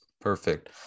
Perfect